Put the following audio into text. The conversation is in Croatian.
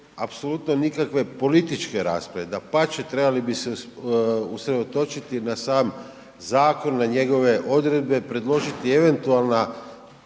apsolutno nikakve političke rasprave dapače, trebali bi se usredotočiti na sam zakon, na njegove odredbe, predložiti eventualna